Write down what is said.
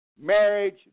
marriage